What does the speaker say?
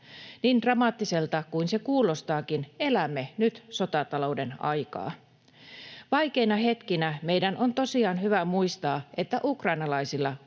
Niin dramaattiselta kuin se kuulostaakin, elämme nyt sotatalouden aikaa. Vaikeina hetkinä meidän on tosiaan hyvä muistaa, että ukrainalaisilla